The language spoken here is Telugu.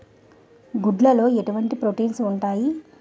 గుడ్లు లో ఎటువంటి ప్రోటీన్స్ ఉంటాయి?